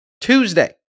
Tuesday